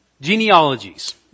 Genealogies